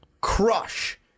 crush